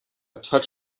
touch